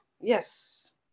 Yes